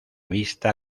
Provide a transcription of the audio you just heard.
vista